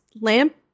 lamp